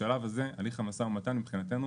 בשלב הזה הליך המשא ומתן מבחינתנו